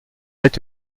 êtes